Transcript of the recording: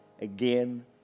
again